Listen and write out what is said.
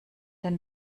den